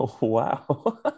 Wow